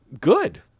good